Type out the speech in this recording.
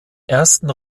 ersten